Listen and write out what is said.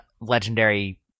legendary